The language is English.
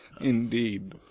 indeed